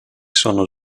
sono